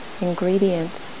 ingredient